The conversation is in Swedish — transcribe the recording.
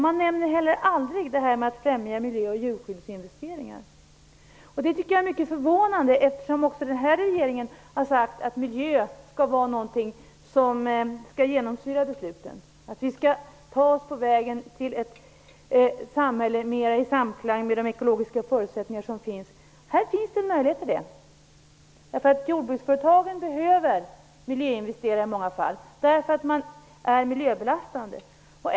Man nämner heller aldrig detta med att främja miljö och djurskyddsinvesteringar. Det tycker jag är mycket förvånande. Också den här regeringen har ju sagt att miljön skall genomsyra besluten och att vi skall ta vägen mot ett samhälle som står mera i samklang med de ekologiska förutsättningar som finns. Här finns en sådan möjlighet! Jordbruksföretagen behöver i många fall miljöinvestera, därför att de är miljöbelastande.